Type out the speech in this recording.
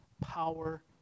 power